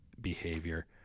behavior